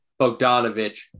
Bogdanovich